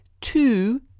two